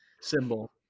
symbol